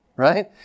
Right